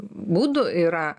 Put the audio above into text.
būdų yra